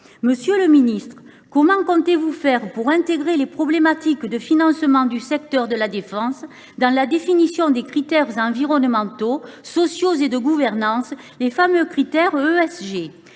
Monsieur le ministre, comment comptez vous faire pour intégrer les problématiques de financement du secteur de la défense dans la définition des critères environnementaux, sociaux et de gouvernance, les fameux critères ESG ?